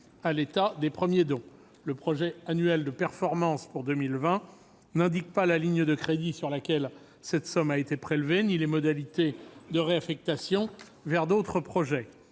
versement des premiers dons. Le projet annuel de performances pour 2020 n'indique pas la ligne de crédits sur laquelle cette somme a été prélevée ni les modalités de sa réaffectation vers d'autres projets.